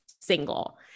single